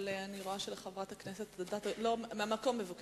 אבל אני רואה שלחברת הכנסת אדטו יש מה לומר.